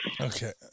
Okay